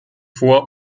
vor